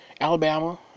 Alabama